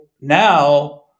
now